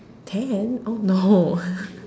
ten oh no